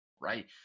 right